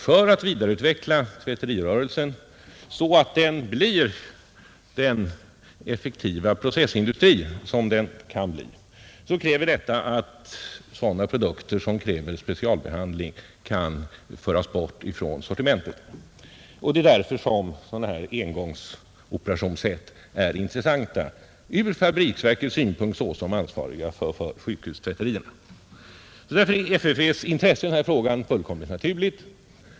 För att kunna vidareutveckla tvätterirörelsen till den effektiva processindustri som den kan bli måste man föra bort från sortimentet sådana produkter 17 som kräver specialbehandling. Det är därför som sådana här engångsoperationsset är intressanta för fabriksverken såsom ansvariga för sjukhustvätterierna. FFV:s intresse för den frågan är alltså fullkomligt naturligt.